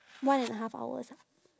one and a half hours ah